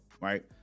right